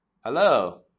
Hello